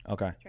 Okay